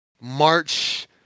March